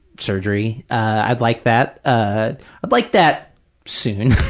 surgery. i'd like that. ah i'd like that soon.